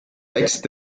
wächst